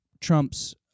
trumps